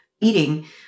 eating